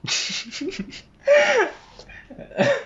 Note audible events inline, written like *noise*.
*laughs*